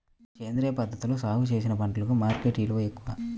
సేంద్రియ పద్ధతిలో సాగు చేసిన పంటలకు మార్కెట్ విలువ ఎక్కువ